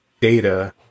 data